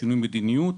שינוי מדיניות,